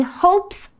hopes